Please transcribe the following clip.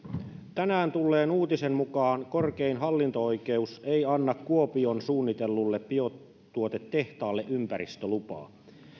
tänään tulleen uutisen mukaan korkein hallinto oikeus ei anna kuopioon suunnitellulle biotuotetehtaalle ympäristölupaa